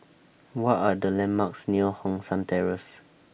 What Are The landmarks near Hong San Terrace